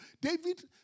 David